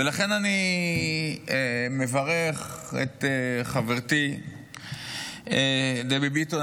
ולכן, אני מברך את חברתי דבי ביטון.